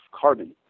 carbon